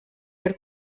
per